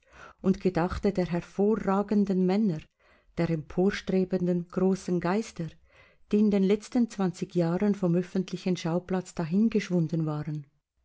und gedachte der hervorragenden männer der emporstrebenden großen geister die in den letzten jahren vom öffentlichen schauplatz dahingeschwunden waren